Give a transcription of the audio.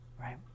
right